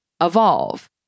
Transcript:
evolve